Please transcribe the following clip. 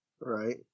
Right